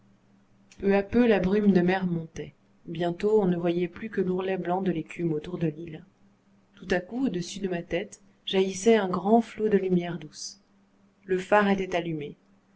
peu à peu la brume de mer montait bientôt on ne voyait plus que l'ourlet blanc de l'écume autour de l'île tout à coup au-dessus de ma tête jaillissait un grand flot de lumière douce le phare était allumé